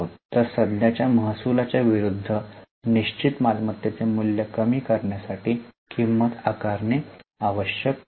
तर सध्याच्या महसुलाच्या विरूद्ध निश्चित मालमत्तेचे मूल्य कमी करण्यासाठी किंमत आकारणे आवश्यक आहे